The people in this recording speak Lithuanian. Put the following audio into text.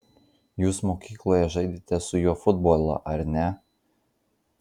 jūs mokykloje žaidėte su juo futbolą ar ne